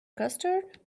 custard